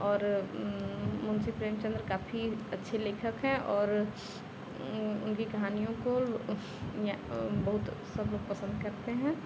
और मुंशी प्रेमचन्द काफी अच्छे लेखक हैं और उनकी कहानियों को बहुत सब लोग पसन्द करते हैं